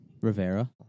Rivera